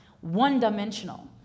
one-dimensional